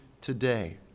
today